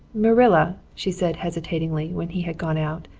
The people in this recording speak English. marilla, she said hesitatingly when he had gone out,